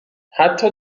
حتی